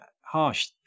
Harsh